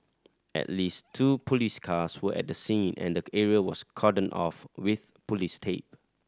at least two police cars were at the scene and the area was cordoned off with police tape